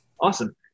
Awesome